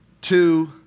two